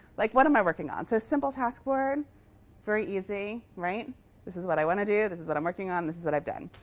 like what am i working on? so a simple task board very easy. this is what i want to do. this is what i'm working on. this is what i've done.